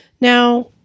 Now